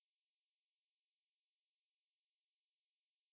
this is the owner of your restaurant err